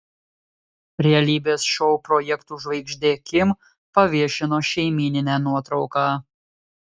realybės šou projektų žvaigždė kim paviešino šeimyninę nuotrauką